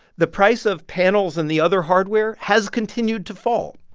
the price of panels and the other hardware has continued to fall.